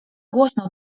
głośno